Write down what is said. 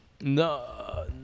no